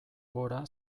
gora